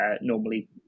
normally